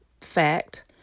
fact